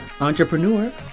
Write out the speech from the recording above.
entrepreneur